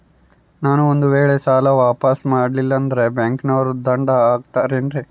ನಾನು ಒಂದು ವೇಳೆ ಸಾಲ ವಾಪಾಸ್ಸು ಮಾಡಲಿಲ್ಲಂದ್ರೆ ಬ್ಯಾಂಕನೋರು ದಂಡ ಹಾಕತ್ತಾರೇನ್ರಿ?